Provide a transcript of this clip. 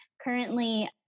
currently